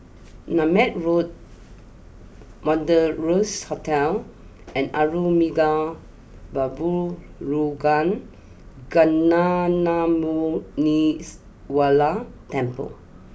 Nutmeg Road Wanderlust Hotel and Arulmigu Velmurugan Gnanamuneeswarar Temple